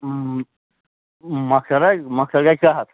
مۄخصر حظ مۄخصر گژھِ زٕ ہَتھ